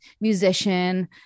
musician